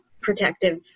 Protective